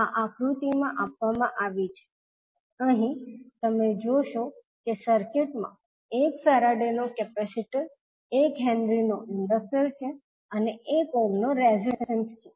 આ આકૃતિમાં આપવામાં આવી છે અહીં તમે જોશો કે સર્કિટમાં 1 ફેરાડે નો કેપેસિટર એક હેનરી નો ઇન્ડક્ટર છે અને 1 ઓહ્મનો એક રેઝિસ્ટન્સ છે